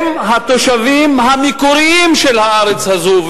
הם התושבים המקוריים של הארץ הזאת,